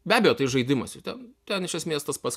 be abejo tai žaidimas ir ten ten iš esmės tas pats